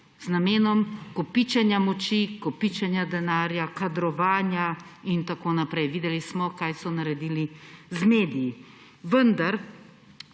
z namenom kopičenja moči, kopičenja denarja, kadrovanja in tako naprej. Videli smo kaj so naredili z mediji. Vendar